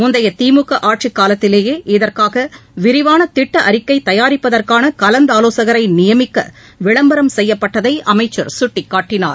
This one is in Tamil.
முந்தைய திமுக ஆட்சிக் காலத்திலேயே இதற்காக விரிவாள திட்ட அறிக்கை தயாரிப்பதற்கான கலந்தாலோசகரை நியமிக்க விளம்பரம் செய்யப்பட்டதை அமைச்சர் சுட்டிக்காட்டினார்